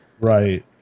right